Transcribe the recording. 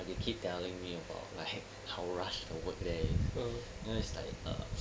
they keep telling me about like how rushed the work there is then it's like err